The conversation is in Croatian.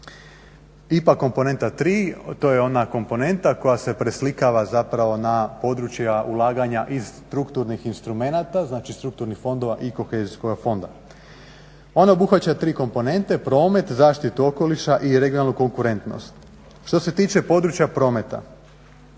IPA komponenta III, to je ona komponenta koja se preslikava na područja ulaganja iz strukturnih instrumenta znači strukturnih fondova i kohezijskoga fonda. Ona obuhvaća tri komponente promet, zaštitu okoliša i regionalnu konkurentnost. Što se tiče područja prometa,